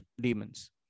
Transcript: demons